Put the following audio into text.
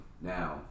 Now